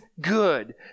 good